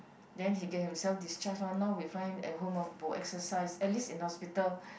then he get himself discharge lor now we find him bo exercise at least in hospital